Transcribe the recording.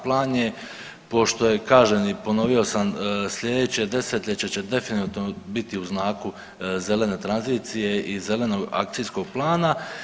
Plan je pošto je kažem i ponovio sam slijedeće 10-ljeće će definitivno biti u znaku zelene tranzicije i zelenog akcijskog plana.